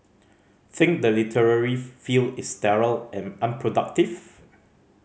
think the literary field is sterile and unproductive